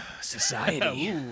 Society